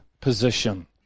position